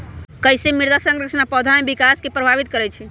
कईसे मृदा संरचना पौधा में विकास के प्रभावित करई छई?